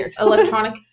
electronic